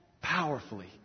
powerfully